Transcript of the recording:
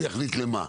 הוא יחליט למה,